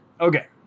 Okay